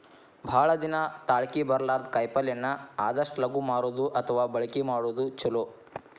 ಭಾಳ ದಿನಾ ತಾಳಕಿ ಬರ್ಲಾರದ ಕಾಯಿಪಲ್ಲೆನ ಆದಷ್ಟ ಲಗು ಮಾರುದು ಅಥವಾ ಬಳಕಿ ಮಾಡುದು ಚುಲೊ